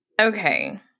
Okay